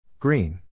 Green